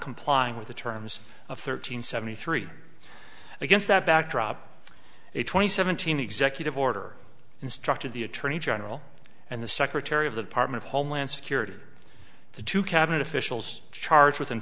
complying with the terms of thirteen seventy three against that backdrop a twenty seventeen executive order instructed the attorney general and the secretary of the partner of homeland security to two cabinet officials charged with